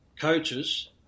coaches